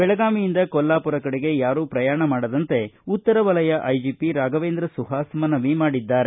ಬೆಳಗಾವಿಯಿಂದ ಕೊಲ್ಲಾಪುರ ಕಡೆಗೆ ಯಾರು ಪ್ರಯಾಣ ಮಾಡದಂತೆ ಉತ್ತರವಲಯ ಐಜಿಪಿ ರಾಘವೇಂದ್ರ ಸುಹಾಸ್ ಮನವಿ ಮಾಡಿದ್ದಾರೆ